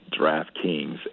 DraftKings